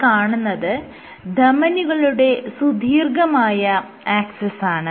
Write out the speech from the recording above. ഈ കാണുന്നത് ധമനികളുടെ സുദീർഘമായ ആക്സിസാണ്